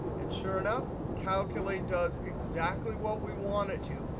and sure enough, calculate does exactly what we want it to.